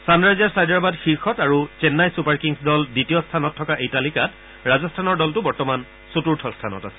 Sunrisers Hyderabad শীৰ্ষত আৰু Chennai Super Kings দল দ্বিতীয় স্থানত থকা এই তালিকাত ৰাজস্থানৰ দলটো বৰ্তমান চতুৰ্থ স্থানত আছে